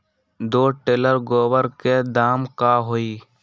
दो टेलर गोबर के दाम का होई?